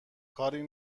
کاری